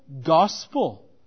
gospel